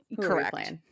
Correct